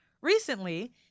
Recently